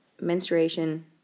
menstruation